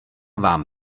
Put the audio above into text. vám